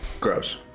Gross